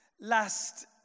Last